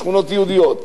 בשכונות יהודיות,